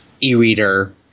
e-reader